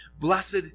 Blessed